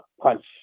punch